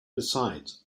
besides